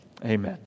Amen